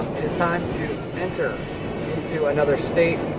it is time to enter into another state.